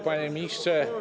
Panie Ministrze!